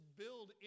build